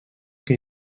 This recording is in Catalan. que